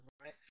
right